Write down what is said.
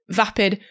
vapid